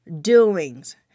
doings